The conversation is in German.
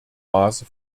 maße